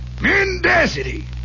Mendacity